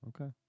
Okay